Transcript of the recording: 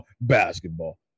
basketball